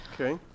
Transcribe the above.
okay